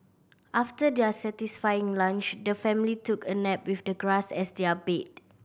after their satisfying lunch the family took a nap with the grass as their bed